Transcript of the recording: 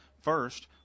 First